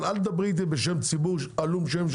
אבל אל תדברי איתי בשם ציבור עלום שם,